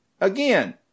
again